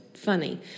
funny